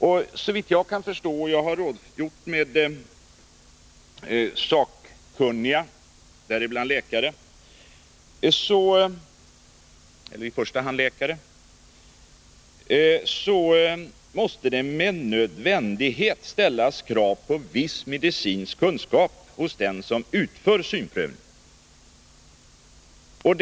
Såvitt jag kan förstå — jag har rådgjort med sakkunniga, i första hand läkare — måste det med nödvändighet ställas krav på viss medicinsk kunskap hos dem som utför synprövningen.